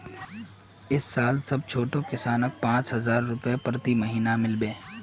इस साल सब छोटो किसानक पांच हजार रुपए प्रति महीना मिल बे